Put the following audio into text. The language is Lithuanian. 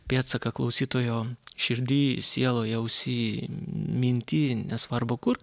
pėdsaką klausytojo širdy sieloj ausy minty nesvarbu kur